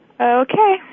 Okay